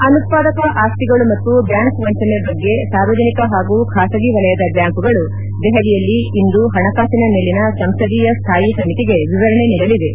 ಅನುತ್ವಾದಕ ಆಸ್ತಿಗಳು ಮತ್ತು ಬ್ಲಾಂಕ್ ವಂಚನೆ ಬಗ್ಗೆ ಸಾರ್ವಜನಿಕ ಹಾಗೂ ಖಾಸಗಿ ವಲಯದ ಬ್ಲಾಂಕುಗಳು ದೆಹಲಿಯಲ್ಲಿ ಇಂದು ಹಣಕಾಸಿನ ಮೇಲಿನ ಸಂಸದೀಯ ಸ್ಥಾಯಿ ಸಮಿತಿಗೆ ವಿವರಣೆ ನೀಡಲಿವೆ